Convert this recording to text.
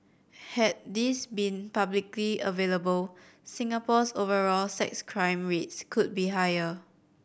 had these been publicly available Singapore's overall sex crime rates could be higher